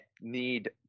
need